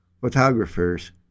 photographers